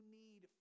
need